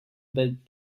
bit